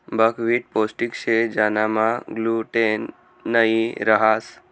buckwheat पोष्टिक शे ज्यानामा ग्लूटेन नयी रहास